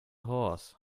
horse